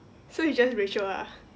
so it's just rachel ah